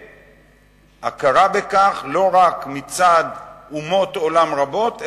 והכרה בכך לא רק מצד אומות עולם רבות,